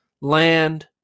Land